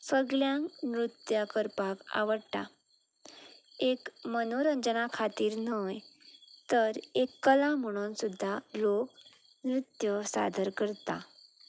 सगल्यांक नृत्य करपाक आवडटा एक मनोरंजना खातीर न्हय तर एक कला म्हणून सुद्दां लोक नृत्य सादर करता